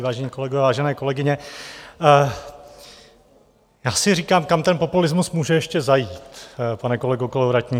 Vážení kolegové, vážené kolegyně, já si říkám, kam ten populismus může ještě zajít, pane kolego Kolovratníku.